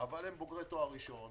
אבל הם בוגרי תואר ראשון,